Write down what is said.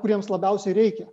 kuriems labiausiai reikia